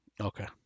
Okay